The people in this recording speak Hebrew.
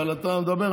אבל אתה מדבר,